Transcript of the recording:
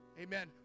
Amen